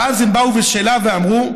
אבל אז הם באו בשאלה ואמרו,